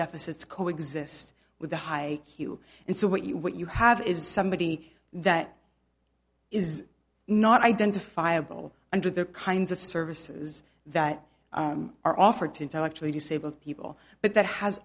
deficits coexist with the high heels and so what you what you have is somebody that is not identifiable under the kinds of services that are offered to intellectually disabled people but that has